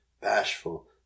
Bashful